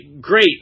great